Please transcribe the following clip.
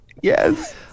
Yes